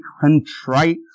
contrite